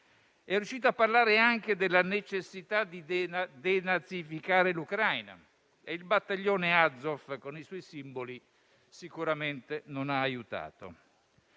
È riuscito a parlare anche della necessità di denazificare l'Ucraina e il battaglione Azov, con i suoi simboli, sicuramente non ha aiutato.